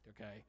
okay